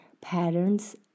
patterns